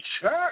church